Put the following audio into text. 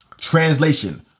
Translation